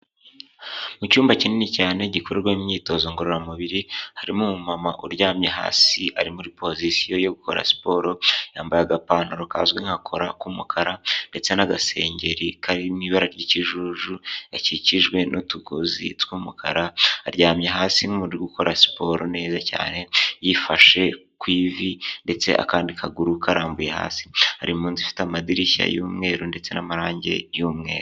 Mu cyumba kinini cyane gikorerwamo imyitozo ngororamubiri, harimo umumama uryamye hasi ari muri pozisiyo yo gukora siporo, yambaye agapantaro kazwi nka kora k'umukara ndetse n'agasengeri karimo ibara ry'ikijuju, gakikijwe n'utugozi tw'umukara, aryamye hasi nk'umuntu uri gukora siporo neza cyane, yifashe ku ivi ndetse akandi kaguru karambuye hasi, ari mu nzu ifite amadirishya y'umweru ndetse n'amarangi y'umweru.